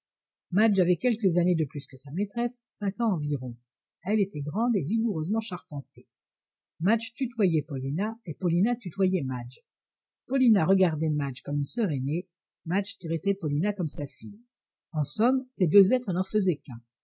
avait quelques années de plus que sa maîtresse cinq ans environ elle était grande et vigoureusement charpentée madge tutoyait paulina et paulina tutoyait madge paulina regardait madge comme une soeur aînée madge traitait paulina comme sa fille en somme ces deux êtres n'en faisaient qu'un